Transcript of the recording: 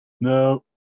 No